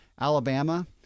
Alabama